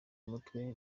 mutwe